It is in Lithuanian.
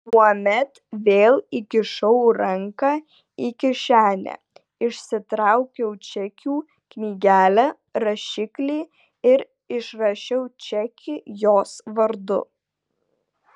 tuomet vėl įkišau ranką į kišenę išsitraukiau čekių knygelę rašiklį ir išrašiau čekį jos vardu